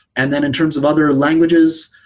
and then in terms of other languages,